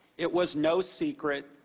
it was no secret.